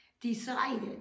decided